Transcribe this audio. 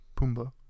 Pumbaa